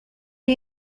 are